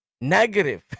Negative